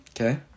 Okay